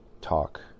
talk